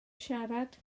siarad